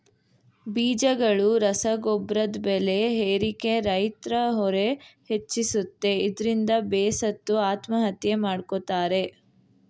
ಬೀಜಗಳು ರಸಗೊಬ್ರದ್ ಬೆಲೆ ಏರಿಕೆ ರೈತ್ರ ಹೊರೆ ಹೆಚ್ಚಿಸುತ್ತೆ ಇದ್ರಿಂದ ಬೇಸತ್ತು ಆತ್ಮಹತ್ಯೆ ಮಾಡ್ಕೋತಾರೆ